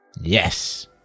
Yes